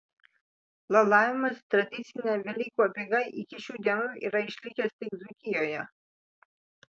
lalavimas tradicinė velykų apeiga iki šių dienų yra išlikęs tik dzūkijoje